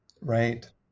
Right